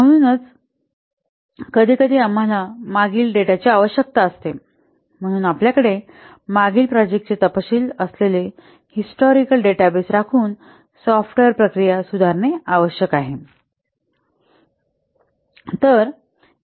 म्हणूनच कधीकधी आम्हाला मागील डेटाची आवश्यकता असते म्हणून आपल्याकडे मागील प्रोजेक्टचे तपशील असलेले हिस्टोरिकल डेटाबेस राखून सॉफ्टवेअर प्रक्रिया सुधारणे आवश्यक आहे